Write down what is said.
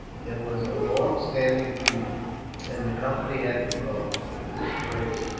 there was a longstanding feud and the company had proposed, to this prince,